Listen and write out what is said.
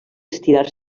estirar